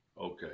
Okay